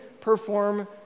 perform